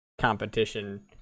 competition